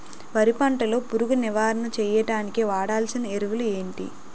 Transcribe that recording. వరి పంట లో పురుగు నివారణ చేయడానికి వాడాల్సిన ఎరువులు ఏంటి?